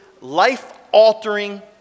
life-altering